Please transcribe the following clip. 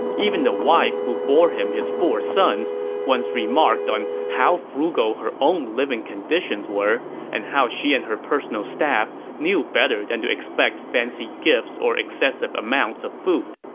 even the wife who bore him four sons once remarked on how frugal her own living conditions were and how she and her personal staff knew better than to expect fancy gifts or excessive amounts of food.